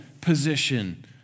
position